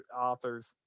authors